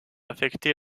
affecter